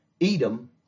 Edom